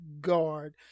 guard